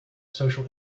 social